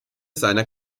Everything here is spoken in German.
seiner